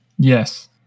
Yes